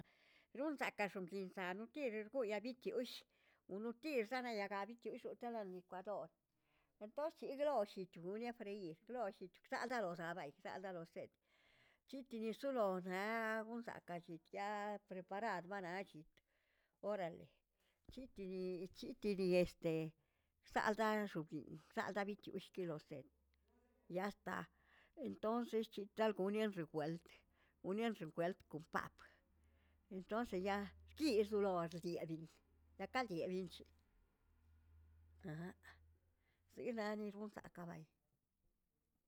Runzakaꞌ xokinza notirirgoya bitiuꞌsh unotirzagayaga bichooshoꞌo chaꞌala lucuador, entons chidroll shichunen freir, tlollit kzalg laloza bayi chsalga loset, chitini soloe za wsakaꞌ chitiaꞌ preparar bana chit, orale chitni chitni este saldaꞌa xogniꞌ saldaꞌ btiushki lo set, ya esta entonces chita algoneꞌn rewelt, goneꞌn rewelt kon paꞌpꞌ, entonces ya rkirloz rdiaꞌbi ya kald yebinch, zinare zaꞌ kabay.